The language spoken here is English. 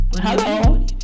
Hello